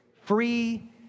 Free